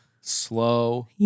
Slow